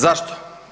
Zašto?